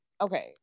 okay